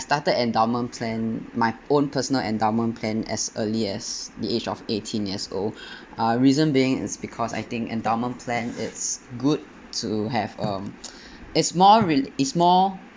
started endowment plan my own personal endowment plan as early as the age of eighteen years old uh reason being it's because I think endowment plan is good to have um it's more real~ it's more